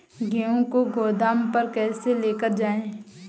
गेहूँ को गोदाम पर कैसे लेकर जाएँ?